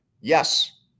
Yes